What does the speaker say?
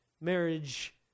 marriage